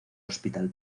hospital